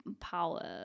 power